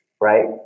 right